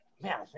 Man